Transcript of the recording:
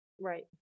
Right